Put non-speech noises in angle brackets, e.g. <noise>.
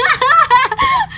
<laughs>